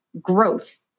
growth